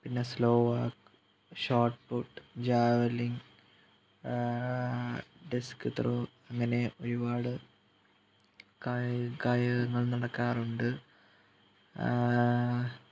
പിന്നെ സ്ലോ ആർക്ക് ഷോട്ട്പുട്ട് ജാവലിൻ ഡിസ്ക് ത്രോ അങ്ങനെ ഒരുപാട് കായി കായികങ്ങൾ നടക്കാറുണ്ട്